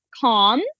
calm